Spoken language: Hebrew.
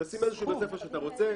תשים איזשהו בית ספר שאתה רוצה,